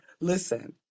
Listen